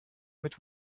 mit